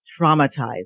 Traumatized